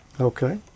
Okay